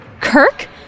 Kirk